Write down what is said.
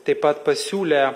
taip pat pasiūlė